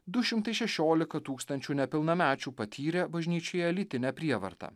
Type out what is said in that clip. du šimtai šešiolika tūkstančių nepilnamečių patyrė bažnyčioje lytinę prievartą